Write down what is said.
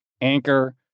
anchor